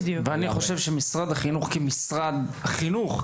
אבל למשרד החינוך כמשרד חינוך,